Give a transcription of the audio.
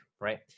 right